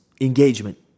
engagement